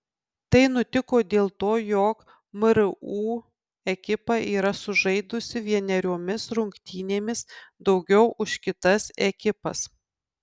tai nutiko dėl to jog mru ekipa yra sužaidusi vieneriomis rungtynėmis daugiau už kitas ekipas